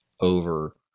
over